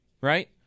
right